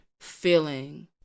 feeling